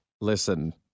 Listen